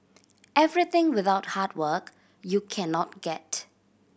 everything without hard work you cannot get